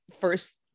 first